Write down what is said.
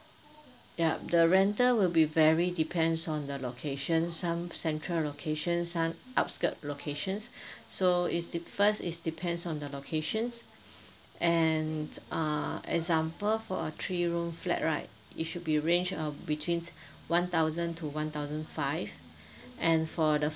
yup the rental will be very depends on the location some central location some outskirt locations so is dip first is depends on the locations and err example for a three room flat right it should be range um between one thousand to one thousand five and for the